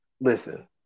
Listen